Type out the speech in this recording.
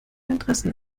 interessen